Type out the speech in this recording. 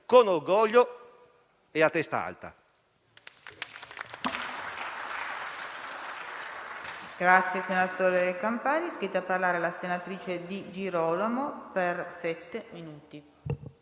Con orgoglio e a testa alta.